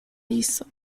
isso